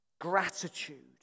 Gratitude